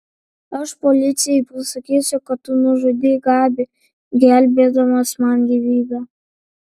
aš policijai pasakysiu kad tu nužudei gabį gelbėdamas man gyvybę